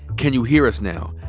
can you hear us now?